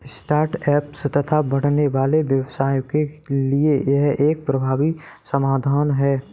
start ups तथा बढ़ने वाले व्यवसायों के लिए यह एक प्रभावी समाधान है